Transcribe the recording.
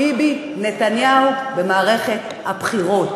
ביבי נתניהו במערכת הבחירות.